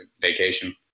vacation